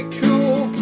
cool